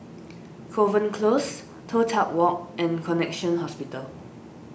Kovan Close Toh Tuck Walk and Connexion Hospital